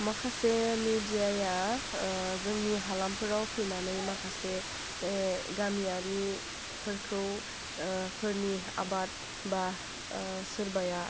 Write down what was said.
माखासे मेदियाया जोंनि हालामफोराव फैनानै माखासे गामियारिखौ फोरनि आबाद बा सोरबाया